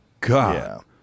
God